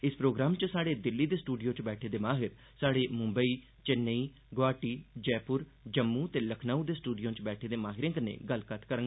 इस प्रोग्राम च साढ़े दिल्ली दे स्टूडियो च बैठे दे माहिर साढ़े मुंबई चेन्नई गुवाहाटी जयपुर जम्मू ते लखनऊ दे स्टूडियों च बैठे दे माहिरें कन्नै गल्लबात करङन